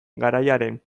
garaiaren